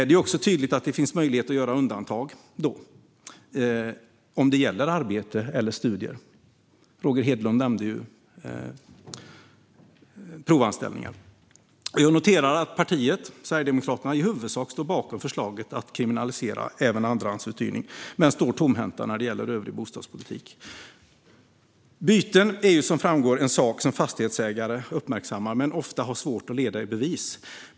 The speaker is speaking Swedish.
Det är också tydligt att det finns möjlighet att göra undantag om det till exempel gäller arbete eller studier. Roger Hedlund nämnde provanställningar. Jag noterar att Sverigedemokraterna i huvudsak står bakom förslaget att kriminalisera även andrahandsuthyrning men står tomhänta när det gäller övrig bostadspolitik. Byten är som framgår en sak som fastighetsägare uppmärksammar men ofta har svårt att leda i bevis.